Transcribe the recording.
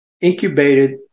incubated